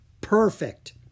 Perfect